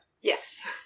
Yes